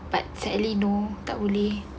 sadly no tak boleh